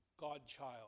God-child